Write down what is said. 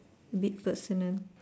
bit personal